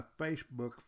Facebook